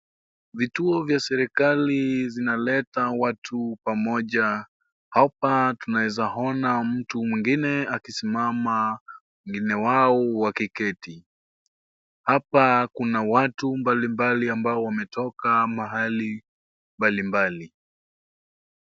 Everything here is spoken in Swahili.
Vituo za serikali zinaleta watu pamoja hapa tunaeza ona mtu mwingine akisimama wengine wao wakiketi , hapa kuna watu mbalimbali ambao wametoka mahali mbalimbali.